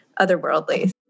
otherworldly